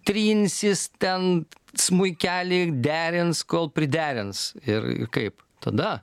trinsis ten smuikelį derins kol priderins ir kaip tada